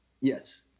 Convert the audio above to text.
Yes